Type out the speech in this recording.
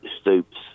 Stoops